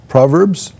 Proverbs